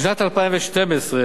בשנת 2012,